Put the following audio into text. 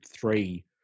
three